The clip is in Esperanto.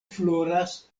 floras